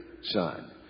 son